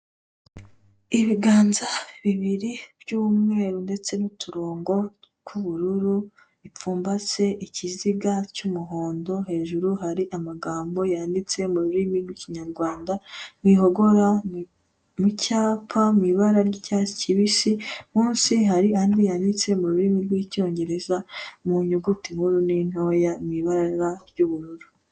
Ibiganza bibiri by'umweru ndetse n'uturongo tw'ubururu bipfumbase ikiziga cy'umuhondo hejuru hari amagambo yanditse mu rurimi rw'Ikinyarwanda, wihogora mu cyapa mu ibara ry'icyatsi kibisi munsi hari andi yanditse mu rurimi rw'Icyongereza mu nyuguti nkuru n'intoya mu ibara ry'ubururu.